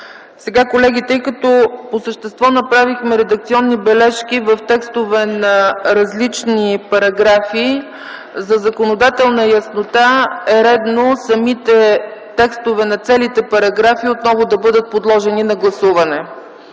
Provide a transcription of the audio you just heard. прието. Колеги, тъй като по същество направихме редакционни бележки в текстове на различни параграфи, за законодателна яснота е редно текстовете на целите параграфи да бъдат подложени отново на гласуване.